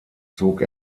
zog